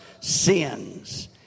sins